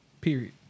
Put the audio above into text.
period